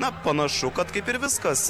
na panašu kad kaip ir viskas